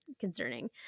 concerning